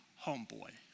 homeboy